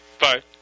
Bye